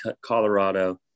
Colorado